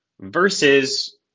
versus